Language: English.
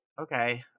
okay